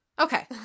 okay